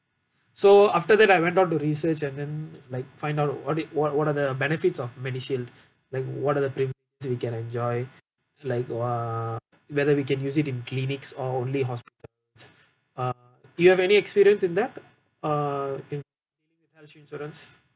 so after that I went down to research and then like find out what i~ what what are the benefits of MediShield like what are the premiums I can enjoy like uh whether we can use it in clinics or only hospitals uh you have any experience in that uh with health insurance